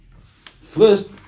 First